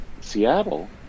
Seattle